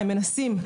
הם מנסים,